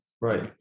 right